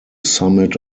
summit